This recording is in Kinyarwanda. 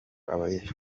abeshya